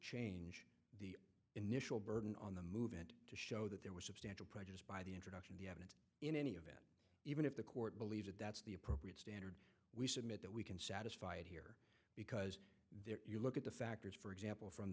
change the initial burden on the movement to show that there was substantial prejudiced by the introduction it in any event even if the court believes it that's the appropriate standard we submit that we can satisfy it here because there you look at the factors for example from